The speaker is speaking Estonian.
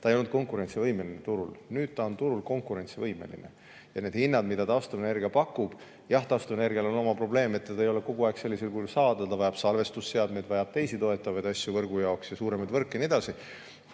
ta ei olnud konkurentsivõimeline turul. Nüüd ta on turul konkurentsivõimeline ja need hinnad, mida taastuvenergia pakub, jah, taastuvenergial on oma probleem, teda ei ole kogu aeg sellisel kujul saada, ta vajab salvestusseadmed, vajab teisi toetavaid asju võrgu jaoks, suuremaid võrke ja nii edasi,